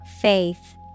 Faith